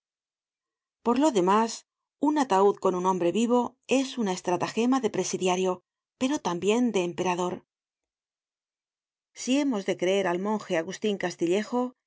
por lo demás un ataud con un hombre vivo es una estratajema de presidiario pero también de emperador si hemos de creer al monge agustin castillejo